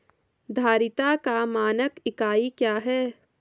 धारिता का मानक इकाई क्या है?